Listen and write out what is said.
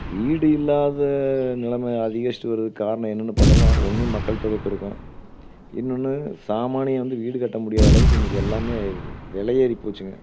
வீடு இல்லாத நிலமை அதிகரிச்சுட்டு வரதுக்கு காரணம் என்னன்னு பார்த்தம்னா ஒன்று மக்கள் தொகை பெருக்கம் இன்னொன்னு சாமானியர் வந்து வீடு கட்ட முடியாத அளவுக்கு இன்னிக்கி எல்லாமே விலை ஏறி போச்சுங்க